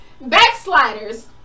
Backsliders